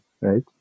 right